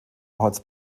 als